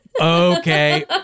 Okay